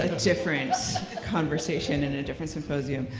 a different conversation in a different symposium.